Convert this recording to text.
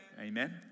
Amen